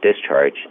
discharge